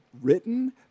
written